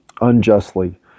unjustly